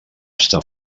està